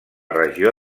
regió